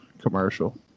commercial